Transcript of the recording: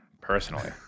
personally